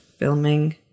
filming